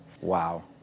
Wow